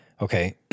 Okay